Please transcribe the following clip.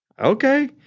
okay